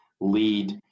lead